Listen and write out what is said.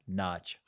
notch